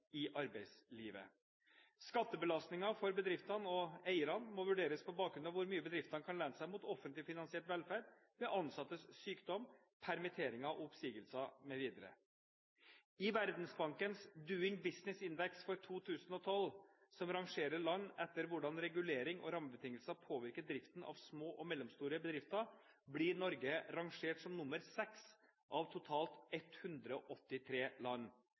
arbeidslivet. Skattebelastningen for bedriftene og eierne må vurderes på bakgrunn av hvor mye bedriftene kan lene seg mot offentlig finansiert velferd ved ansattes sykdom, permitteringer og oppsigelser mv. I Verdensbankens «Doing Business»-indeks for 2012, som rangerer land etter hvordan reguleringer og rammebetingelser påvirker driften av små og mellomstore bedrifter, blir Norge rangert som nr. 6 av totalt 183 land.